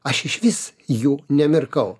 aš išvis jų nemirkau